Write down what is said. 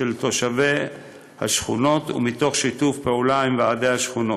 של תושבי השכונות ומתוך שיתוף פעולה עם ועדי השכונות.